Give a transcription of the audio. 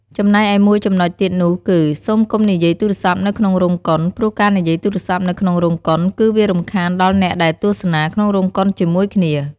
ចំណែកឯមួយចំនុចទៀតនោះគឺ សូមកុំនិយាយទូរស័ព្ទនៅក្នុងរោងកុន ព្រោះការនិយាយទូរស័ព្ទនៅក្នុងរោងកុន គឺវារំខានដល់អ្នកដែលទស្សនាក្នុងរោងកុនជាមួយគ្នា។